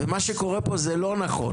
מה שקורה פה הוא לא נכון.